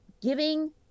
giving